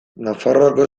nafarroako